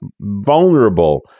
vulnerable